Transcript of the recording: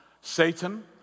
Satan